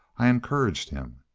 i encouraged him.